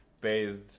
bathed